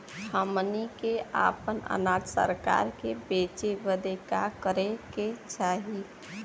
हमनी के आपन अनाज सरकार के बेचे बदे का करे के चाही?